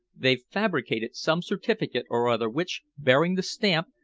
they've fabricated some certificate or other which, bearing the stamp,